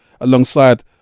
alongside